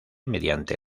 mediante